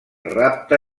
rapte